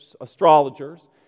astrologers